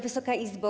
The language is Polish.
Wysoka Izbo!